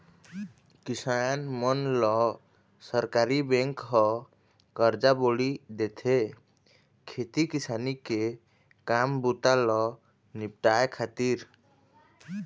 किसान मन ल सहकारी बेंक ह करजा बोड़ी देथे, खेती किसानी के काम बूता ल निपाटय खातिर